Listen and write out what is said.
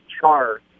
charge